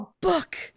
Book